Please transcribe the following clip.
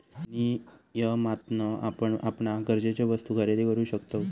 विनियमातना आपण आपणाक गरजेचे वस्तु खरेदी करु शकतव